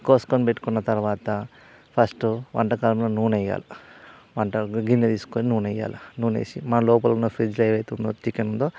కోసుకొని పెట్టుకున్న తరువాత ఫస్టు వంటకంలో నూనె వేయాలి వంట గిన్నె తీసుకొని నూనె వేయాలి నూనె వేసి మళ్ళీ లోపల ఉన్న ఫ్రిడ్జ్లో ఏది అయితే ఉందో చికెన్ ఉందో